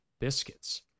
biscuits